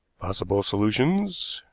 possible solutions,